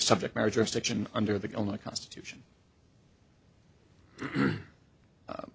subject marriage or a section under the constitution